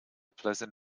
pleasant